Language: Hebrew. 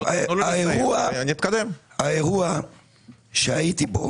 האירוע שהייתי בו